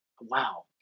wow